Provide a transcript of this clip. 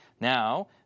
Now